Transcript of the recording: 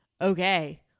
okay